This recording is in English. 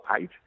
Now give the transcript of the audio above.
eight